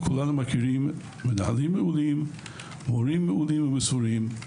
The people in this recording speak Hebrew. כולנו מכירים מנהלים מעולים ומורים מעולים ומסורים,